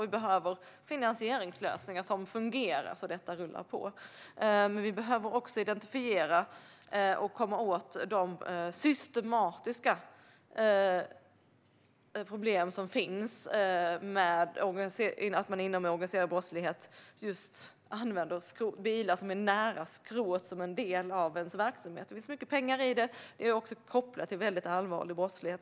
Vi behöver finansieringslösningar som fungerar så att det rullar på. Vi behöver också identifiera och komma åt de systematiska problem som finns med att man inom organiserad brottslighet använder bilar som är nära skrot som en del av sin verksamhet. Det finns mycket pengar i det. Det är också kopplat till väldigt allvarlig brottslighet.